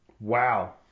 Wow